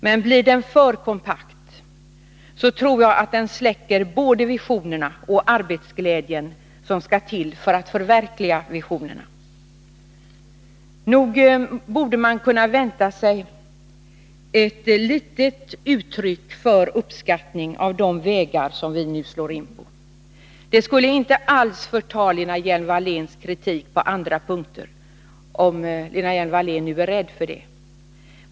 Men blir kritiken för kompakt, tror jag att den släcker både visionerna och den arbetsglädje som skall till för att förverkliga dem. Nog borde man kunna vänta sig något uttryck för uppskattning av de vägar som vi nu slår in på. Det skulle inte alls förta Lena Hjelm-Walléns kritik på andra punkter, om hon nu är rädd för det.